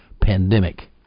pandemic